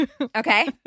Okay